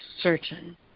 certain